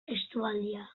estualdia